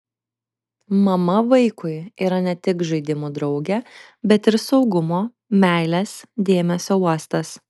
mama vaikui yra ne tik žaidimų draugė bet ir saugumo meilės dėmesio uostas